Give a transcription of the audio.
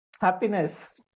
Happiness